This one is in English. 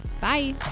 bye